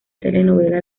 telenovela